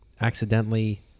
accidentally